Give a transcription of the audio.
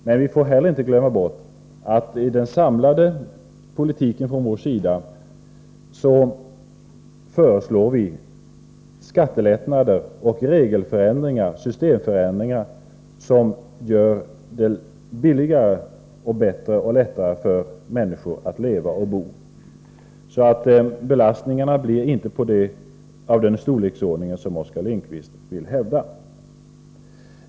Men vi får inte heller glömma bort att vår samlade politik innebär skattelättnader, systemförändringar och regelförändringar som gör det billigare, bättre och lättare för människor att leva och bo. Belastningarna blir alltså inte av den storleksordning som Oskar Lindkvist hävdade.